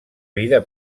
vida